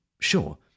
sure